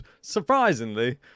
surprisingly